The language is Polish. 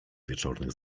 wieczornych